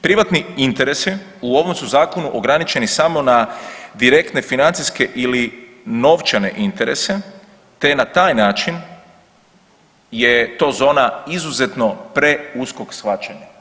Privatni interesi u ovom su zakonu ograničeni samo na direktne financijske ili novčane interese te je na taj način je to zona izuzetno preuskog shvaćanja.